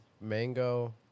mango